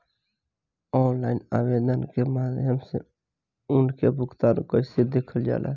Online आवेदन के माध्यम से उनके भुगतान कैसे देखल जाला?